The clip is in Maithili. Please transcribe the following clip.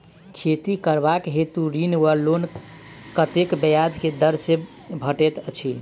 खेती करबाक हेतु ऋण वा लोन कतेक ब्याज केँ दर सँ भेटैत अछि?